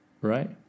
right